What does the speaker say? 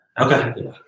Okay